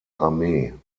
armee